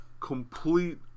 complete